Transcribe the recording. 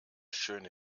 schöne